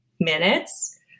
minutes